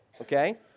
okay